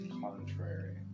Contrary